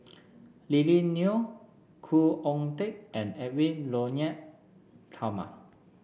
Lily Neo Khoo Oon Teik and Edwy Lyonet Talma